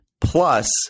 plus